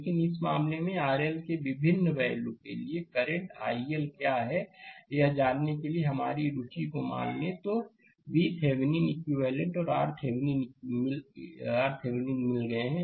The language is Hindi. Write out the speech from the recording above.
लेकिन इस मामले में RL के विभिन्न वैल्यू के लिए करंट i L क्या है यह जानने के लिए हमारी रुचि को मान लें तो VThevenin इक्विवेलेंट और RThevenin मिल गए हैं